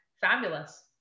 fabulous